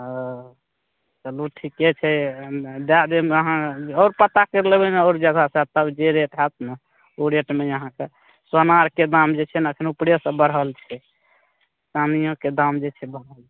हँ चलू ठिके छै दै देब अहाँ आओर पता करि लेबै आओर जगहमे जे रेट हैत ने ओ रेटमे अहाँकेँ सोना आओरके दाम जे छै ने एखन उपरेसे बढ़ल छै चानिओके दाम जे छै बढ़ल